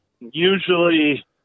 Usually